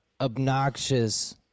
obnoxious